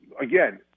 again